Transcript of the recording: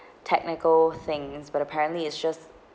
technical things but apparently it's just